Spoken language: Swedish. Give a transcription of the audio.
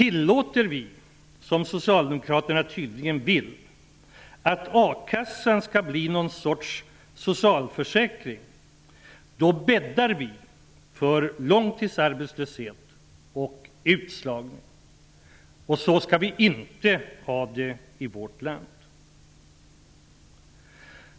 Om vi -- som Socialdemokraterna tydligen vill -- tillåter att akassan skall bli någon sorts socialförsäkring då bäddar vi för långtidsarbetslöshet och utslagning. Så skall vi inte ha det i vårt land.